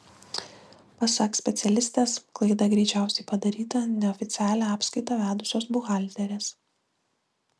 pasak specialistės klaida greičiausiai padaryta neoficialią apskaitą vedusios buhalterės